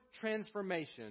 transformation